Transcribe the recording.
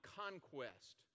conquest